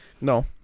No